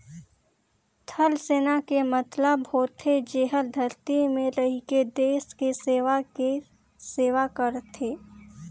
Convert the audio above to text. थलसेना के मतलब होथे जेहर धरती में रहिके देस के सेवा के सेवा करथे